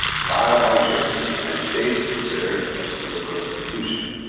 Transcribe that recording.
trial by jury in the united states considered as a political institution